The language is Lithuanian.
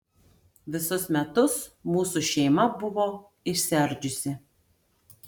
visus metus mūsų šeima buvo išsiardžiusi